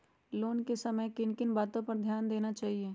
Loan लेने के समय किन किन वातो पर ध्यान देना चाहिए?